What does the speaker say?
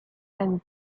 and